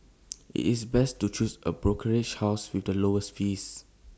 it's best to choose A brokerage house with the lowest fees